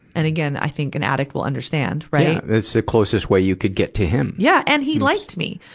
and again, i think an addict will understand, right. yeah. it's the closest way you can get to him. yeah, and he liked me.